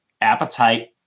appetite